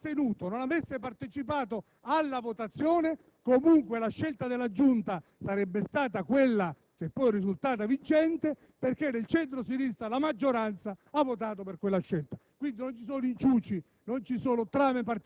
che se il centro-destra non avesse partecipato alla votazione comunque la scelta della Giunta sarebbe stata quella che poi è risultata vincente, perché nel centro-sinistra la maggioranza ha votato in tal senso.